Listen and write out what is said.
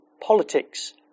Politics